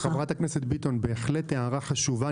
חברת הכנסת ביטון, זאת בהחלט הערה חשובה.